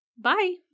Bye